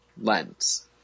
lens